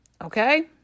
Okay